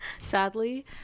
sadly